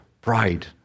Pride